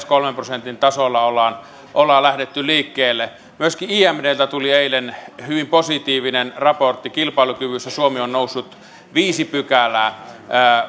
kolmen prosentin tasolta ollaan ollaan lähdetty liikkeelle myöskin imdltä tuli eilen hyvin positiivinen raportti kilpailukyvyssä suomi on noussut viisi pykälää